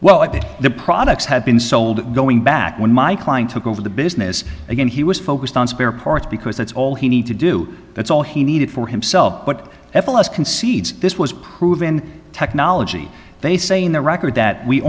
that the products had been sold going back when my client took over the business again he was focused on spare parts because that's all he need to do that's all he needed for himself but f l s concedes this was proven technology they say in the record that we